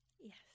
Yes